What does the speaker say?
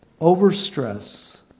overstress